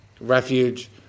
Refuge